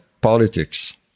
politics